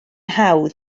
hawdd